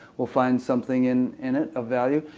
will find something in in it of value,